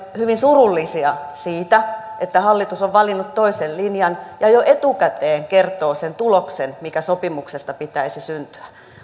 hyvin surullisia siitä että hallitus on valinnut toisen linjan ja jo etukäteen kertoo sen tuloksen mikä sopimuksesta pitäisi syntyä